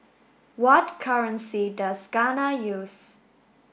what currency does Ghana use